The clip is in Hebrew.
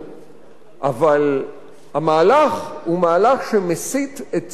אבל המהלך הוא מהלך שמסיט את תשומת הלב הציבורית,